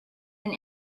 and